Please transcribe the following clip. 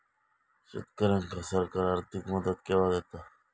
शेतकऱ्यांका सरकार आर्थिक मदत केवा दिता?